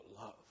love